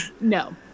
No